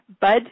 Bud